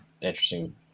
interesting